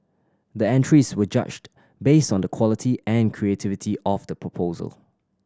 the entries were judged based on the quality and creativity of the proposal